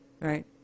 right